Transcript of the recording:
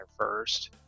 first